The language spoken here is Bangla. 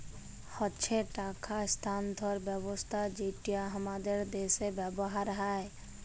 হচ্যে টাকা স্থানান্তর ব্যবস্থা যেটা হামাদের দ্যাশে ব্যবহার হ্যয়